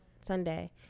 sunday